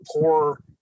poor